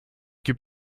gebe